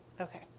okay